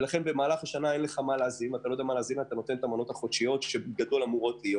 ולכן במהלך השנה אתה נותן את המנות החודשיות שאמורות להיות.